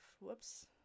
whoops